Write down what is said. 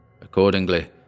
Accordingly